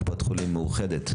קופת חולים מאוחדת.